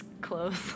clothes